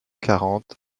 quarante